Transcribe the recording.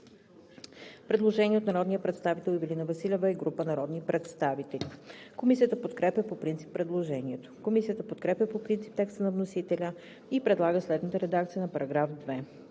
предложение на народния представител Ивелина Василева и група народни представители. Комисията подкрепя по принцип предложението. Комисията подкрепя по принцип текста на вносителя и предлага следната редакция на § 2: „§ 2.